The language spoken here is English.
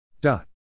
Dot